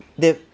that